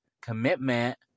commitment